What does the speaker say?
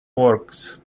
works